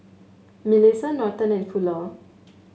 Milissa Norton and Fuller